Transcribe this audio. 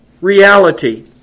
Reality